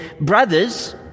Brothers